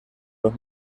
los